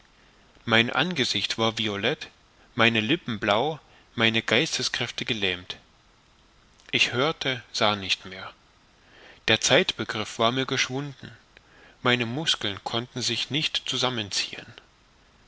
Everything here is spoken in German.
mein angesicht war violett meine lippen blau meine geisteskräfte gelähmt ich hörte sah nicht mehr der zeitbegriff war mir geschwunden meine muskeln konnten sich nicht zusammenziehen